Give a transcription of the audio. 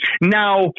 Now